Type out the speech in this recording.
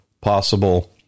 possible